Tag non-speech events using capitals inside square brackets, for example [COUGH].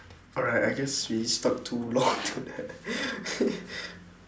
alright I guess we stuck too long to that [LAUGHS]